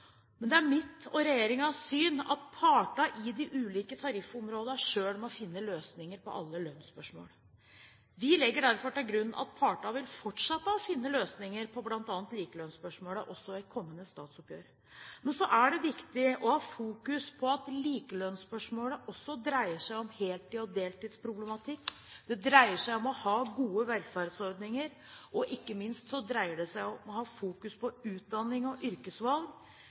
Men det er mitt og regjeringens syn at partene i de ulike tariffområdene selv må finne løsninger på alle lønnsspørsmål. Vi legger derfor til grunn at partene vil fortsette å finne løsninger på bl.a. likelønnsspørsmål også i kommende statsoppgjør. Men det er viktig å ha fokus på at likelønnsspørsmålene også dreier seg om heltids- og deltidsproblematikk, det dreier seg om å ha gode velferdsordninger, og ikke minst dreier det seg om å ha fokus på utdanning og yrkesvalg.